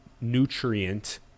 nutrient